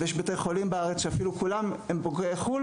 יש בתי חולים בארץ שאפילו כולם הם בוגרי חו"ל